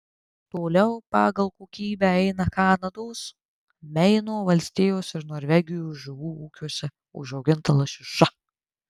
toliau pagal kokybę eina kanados meino valstijos ir norvegijos žuvų ūkiuose užauginta lašiša